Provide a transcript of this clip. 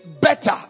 better